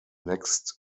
next